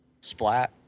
Splat